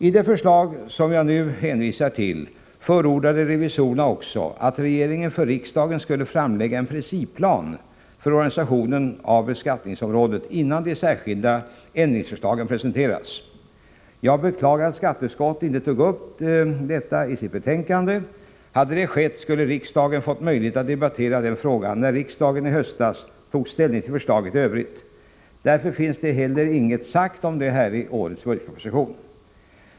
I det förslag som jag hänvisat till förordade revisorerna också att regeringen för riksdagen skulle framlägga en principplan för organisationen inom beskattningsområdet innan de särskilda ändringsförslagen presenteras. Jag beklagar att skatteutskottet inte tog upp detta i sitt betänkande. Hade det skett, skulle riksdagen ha fått möjlighet att debattera den frågan när riksdagen i höstas tog ställning till förslaget i övrigt. Därför finns det heller inget sagt om detta i årets budgetproposition.